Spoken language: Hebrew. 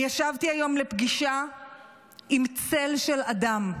אני ישבתי היום לפגישה עם צל של אדם,